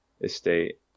estate